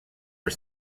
are